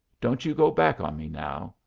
don't you go back on me now.